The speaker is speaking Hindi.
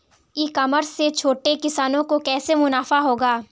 ई कॉमर्स से छोटे किसानों को कैसे मुनाफा होगा?